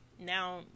now